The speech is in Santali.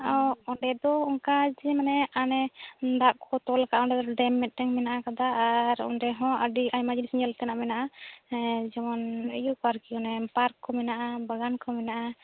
ᱳ ᱟᱨ ᱚᱸᱰᱮ ᱫᱚ ᱚᱱᱠᱟ ᱡᱮ ᱢᱟᱱᱮ ᱚᱱᱮ ᱫᱟᱜ ᱠᱚ ᱠᱚ ᱛᱚᱞ ᱟᱠᱟᱫᱼᱟ ᱚᱸᱰᱮ ᱰᱮᱢ ᱢᱤᱫ ᱴᱮᱱ ᱢᱮᱱᱟᱜ ᱟᱠᱟᱫᱟ ᱟᱨ ᱚᱸᱰᱮ ᱦᱚᱸ ᱟᱹᱰᱤ ᱟᱭᱢᱟ ᱡᱤᱱᱤᱥ ᱧᱮᱞ ᱛᱮᱱᱟᱜ ᱢᱮᱱᱟᱜᱼᱟ ᱡᱮᱢᱚᱱ ᱤᱭᱟᱹ ᱠᱚ ᱟᱨᱠᱤ ᱚᱱᱮ ᱯᱟᱨᱠ ᱠᱚ ᱢᱮᱱᱟᱜᱼᱟ ᱵᱟᱜᱟᱱ ᱠᱚ ᱢᱮᱱᱟᱜᱼᱟ